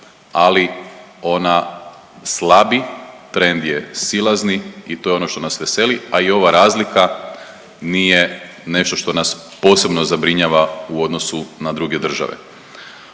ali ona slabi, trend je silazni i to je ono što nas veseli, a i ova razlika nije nešto što nas posebno zabrinjava u odnosu na druge države.